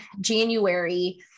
January